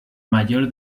mayor